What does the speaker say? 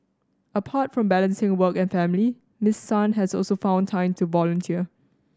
apart from balancing work and family Miss Sun has also found time to volunteer